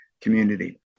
community